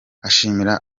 ashimira